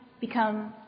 become